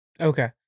Okay